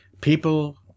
people